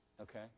Okay